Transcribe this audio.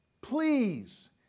please